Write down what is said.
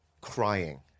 crying